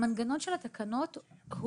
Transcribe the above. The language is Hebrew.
המנגנון של התקנות אומר